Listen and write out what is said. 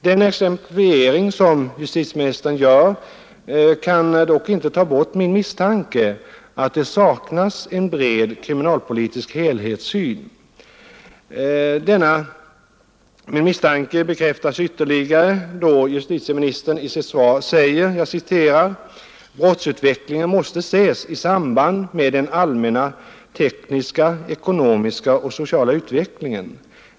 Den exemplifiering som justitieministern gör kan dock inte ta bort min misstanke att det saknas en bred kriminalpolitisk helhetssyn. Denna min misstanke bekräftas ytterligare, då justitieministern i sitt svar säger: ”Brottsutvecklingen måste ses i samband med den allmänna tekniska, ekonomiska och sociala utvecklingen.